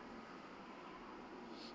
mm